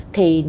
thì